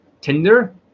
Tinder